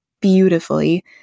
beautifully